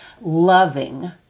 loving